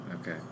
Okay